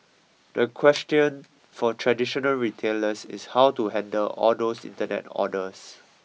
the question for traditional retailers is how to handle all those internet orders